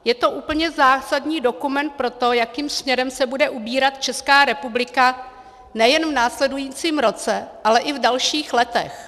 Je to úplně zásadní dokument pro to, jakým směrem se bude ubírat Česká republika nejenom v následujícím roce, ale i v dalších letech.